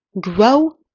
Grow